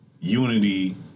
unity